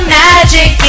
magic